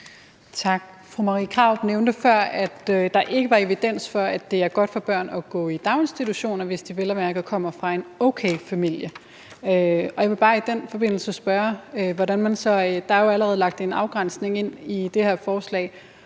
Tak. Fru Marie Krarup nævnte før, at der ikke var evidens for, at det er godt for børn at gå i daginstitutioner, hvis de vel at mærke kommer fra en okay familie. Jeg vil bare i den forbindelse spørge: Der er jo allerede lagt en afgrænsning ind i det her forslag